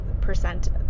percent